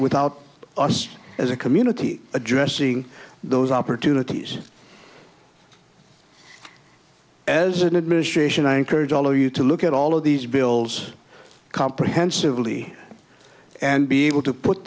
without us as a community addressing those opportunities as an administration i encourage all of you to look at all of these bills comprehensively and be able to put